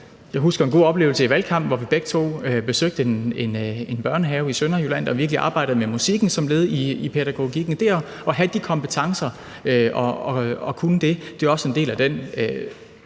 Jeg husker en god oplevelse i valgkampen, hvor vi begge to besøgte en børnehave i Sønderjylland, som virkelig arbejdede med musik som led i pædagogikken dér. Og det at have de kompetencer og kunne det er også en del af den